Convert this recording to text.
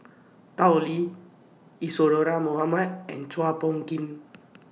Tao Li Isadhora Mohamed and Chua Phung Kim